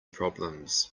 problems